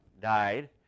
died